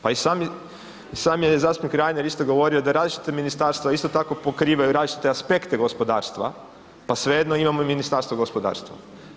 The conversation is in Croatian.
Pa i sami je zastupnik Reiner isto govorio da različita ministarstva isto tako pokrivaju različite aspekte gospodarstva, pa svejedno imamo i Ministarstvo gospodarstva.